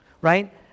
right